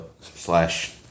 slash